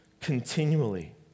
continually